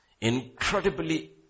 Incredibly